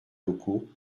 locaux